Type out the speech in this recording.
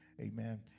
amen